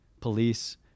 police